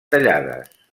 tallades